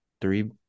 three